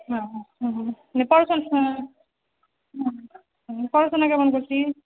হ্যাঁ হ্যাঁ হুম হুম দিয়ে পড়াশোনা হুঁ হুঁ হুঁ পড়াশোনা কেমন করছিস